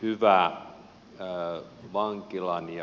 hyvää ja vankilaan ja